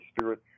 Spirit